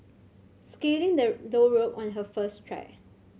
scaling the low rope on her first try